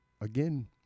again